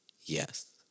Yes